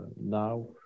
Now